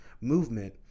movement